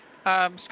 Scott